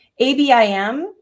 ABIM